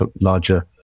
larger